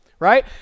right